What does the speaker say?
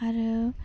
आरो